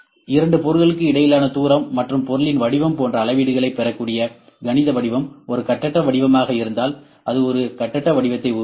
இரண்டு பொருள்களுக்கு இடையிலான தூரம் மற்றும் பொருளின் வடிவம் போன்ற அளவீடுகளைப் பெறக்கூடிய கணித வடிவம் ஒரு கட்டற்ற வடிவமாக இருந்தால் அது ஒரு கட்டற்ற வடிவத்தை உருவாக்கும்